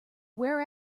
wear